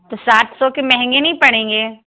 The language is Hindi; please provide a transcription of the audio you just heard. तो सात सौ के महंगे नहीं पड़ेंगे